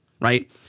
right